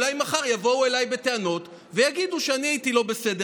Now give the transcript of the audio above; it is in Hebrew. אולי מחר יבואו אליי בטענות ויגידו שאני הייתי לא בסדר.